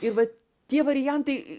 ir vat tie variantai